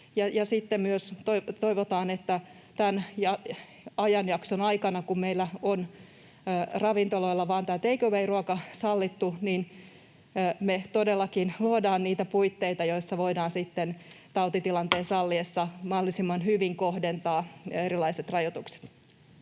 toivotaan, että tämän ajanjakson aikana, kun meillä on ravintoloilla sallittu vain tämä take away ‑ruoka, me todellakin luodaan niitä puitteita, joissa voidaan sitten tautitilanteen salliessa mahdollisimman hyvin kohdentaa erilaiset rajoitukset.